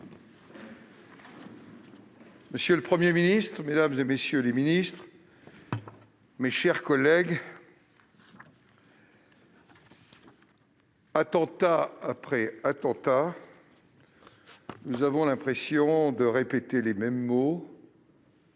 Monsieur le Premier ministre, mesdames, messieurs les ministres, mes chers collègues, attentat après attentat, nous avons l'impression de répéter les mêmes mots,